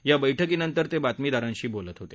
या बैठकीनंतर ते बातमीदारांशी बोलत होते